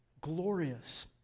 Glorious